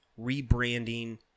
rebranding